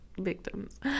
victims